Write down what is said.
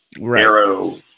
arrow